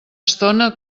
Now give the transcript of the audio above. estona